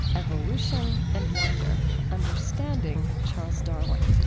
evolution and wonder understanding charles darwin.